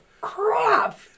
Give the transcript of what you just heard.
crap